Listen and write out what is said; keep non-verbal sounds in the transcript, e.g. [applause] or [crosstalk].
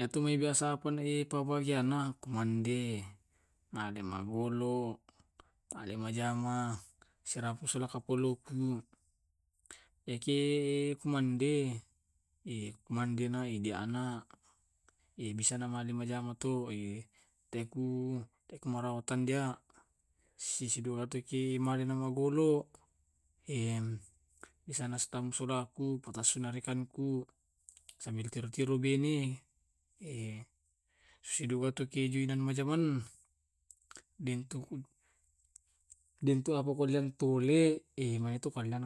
Eh iya to hanto bisa [hesitation] [hesitation] masannang na to hobiku eh, jamangku, sola keluargaku, silo